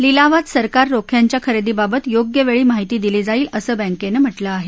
लिलावात सरकार रोख्यांच्या खरेदीबाबत योग्य वेळी माहिती दिली जाईल असं बॅकेनं म्हटलंय